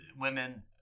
women